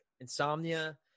insomnia